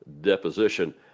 deposition